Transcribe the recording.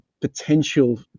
potential